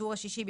ובטור השישי,